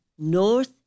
North